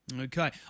Okay